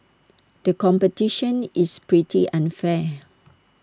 the competition is pretty unfair